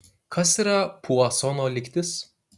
kas yra puasono lygtis